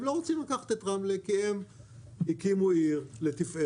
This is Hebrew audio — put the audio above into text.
הם לא רוצים לקחת את רמלה כי הם הקימו עיר לתפארת,